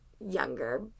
younger